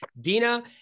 Dina